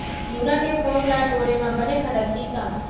तिंवरा के फोंक ल टोरे म बने फदकही का?